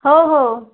ହଉ ହଉ